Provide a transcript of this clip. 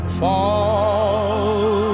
fall